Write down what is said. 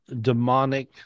demonic